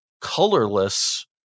colorless